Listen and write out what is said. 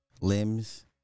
limbs